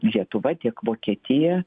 lietuva tiek vokietija